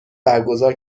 برگزار